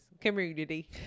community